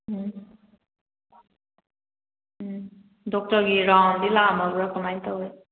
ꯎꯝ ꯎꯝ ꯗꯣꯛꯇꯔꯒꯤ ꯔꯥꯎꯟꯗꯤ ꯂꯥꯛꯑꯝꯃꯕ꯭ꯔꯥ ꯀꯃꯥꯏꯅ ꯇꯧꯏ